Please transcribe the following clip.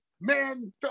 man